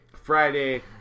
Friday